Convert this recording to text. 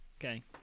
Okay